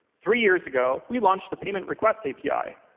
three years ago, we launched the payment request api.